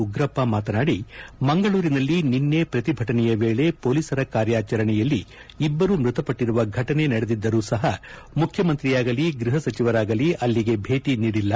ಉಗ್ರಪ್ಪ ಮಾತನಾಡಿ ಮಂಗಳೂರಿನಲ್ಲಿ ನಿನ್ನೆ ಪ್ರತಿಭಟನೆಯ ವೇಳೆ ಪೊಲೀಸರ ಕಾರ್ಯಾಚರಣೆಯಲ್ಲಿ ಇಬ್ಬರು ಮೃತಪಟ್ಟರುವ ಫಟನೆ ನಡೆದಿದ್ದರೂ ಸಹ ಮುಖ್ಯಮಂತ್ರಿಯಾಗಲಿ ಗೃಪಸಚಿವರಾಗಲಿ ಅಲ್ಲಿಗೆ ಭೇಟಿ ನೀಡಿಲ್ಲ